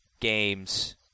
games